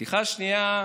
בדיחה שנייה,